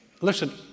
Listen